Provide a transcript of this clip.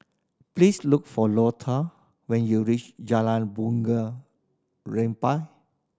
please look for Lota when you reach Jalan Bunga Rampai